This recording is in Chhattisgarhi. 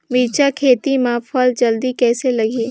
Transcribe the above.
मिरचा खेती मां फल जल्दी कइसे लगही?